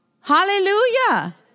hallelujah